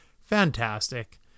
fantastic